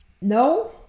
no